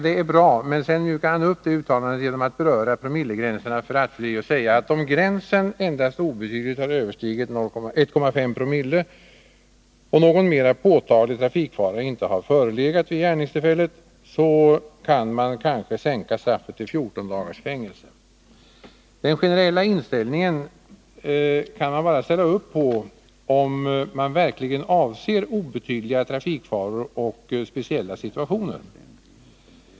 Det är bra, men sedan mjukar han upp det uttalandet genom att beröra promillegränserna för rattfylleri och säga att om gränsen endast obetydligt har överstigit 1,5 Joo och någon mera påtaglig trafikfara inte har förelegat vid gärningstillfället, så kan man kanske sänka straffet till 14 dagars fängelse. Den generella inställningen kan jag bara ställa upp på, om man verkligen avser obetydliga trafikfaror och speciella situationer.